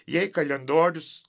jei kalendorius